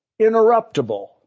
interruptible